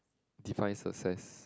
define success